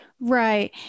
right